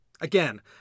Again